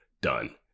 done